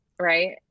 right